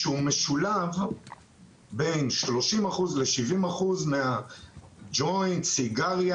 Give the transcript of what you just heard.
כשהג'וינט או הסיגריה,